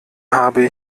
habe